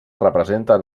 representen